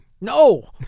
No